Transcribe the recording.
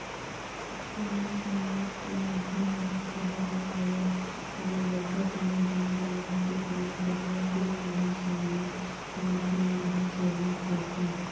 कतको नाई समाज के मनखे मन ह सहर म होवय ते बड़का कोनो गाँव गंवई ते कोनो कस्बा के नाई समाज के मनखे मन ह सैलून खोलथे